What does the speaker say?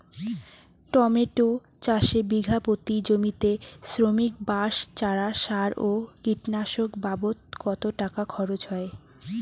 Tomato চাষে বিঘা প্রতি জমিতে শ্রমিক, বাঁশ, চারা, সার ও কীটনাশক বাবদ কত টাকা খরচ হয়?